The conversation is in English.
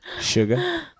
sugar